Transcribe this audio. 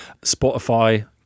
spotify